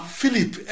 Philip